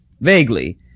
Vaguely